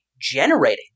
generating